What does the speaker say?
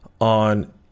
on